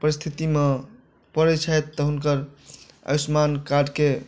परिस्थितिमे पड़ै छथि तऽ हुनकर आयुष्मान कार्डके